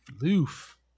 Loof